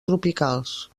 tropicals